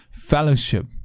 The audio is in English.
Fellowship